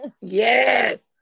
yes